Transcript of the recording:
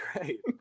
great